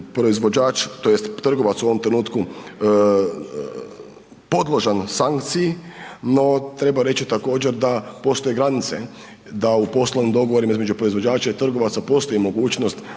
proizvođač tj. trgovac u ovom trenutku podložan sankciji. No, treba reći također da postoje granice da u poslovnim dogovorima između proizvođača i trgovaca postoji mogućnost da